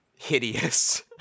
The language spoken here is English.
hideous